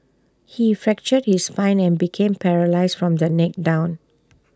he fractured his spine and became paralysed from the neck down